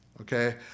okay